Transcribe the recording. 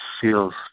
feels